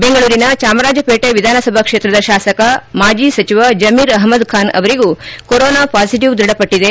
ಬೆಂಗಳೂರಿನ ಚಾಮರಾಜಪೇಟೆ ವಿಧಾನಸಭಾ ಕ್ಷೇತ್ರದ ಶಾಸಕ ಮಾಜಿ ಸಚಿವ ಜಮೀರ್ ಅಹಮದ್ ಖಾನ್ ಅವರಿಗೂ ಕೊರೋನಾ ಪಾಸಿಟಿವ್ ದೃಢಪಟ್ಟಿದೆ